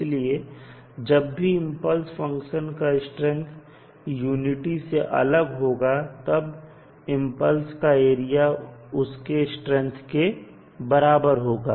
इसलिए जब भी इंपल्स फंक्शन का स्ट्रैंथ यूनिटी से अलग होगा तब इंपल्स का एरिया उसके स्ट्रैंथ के बराबर होगा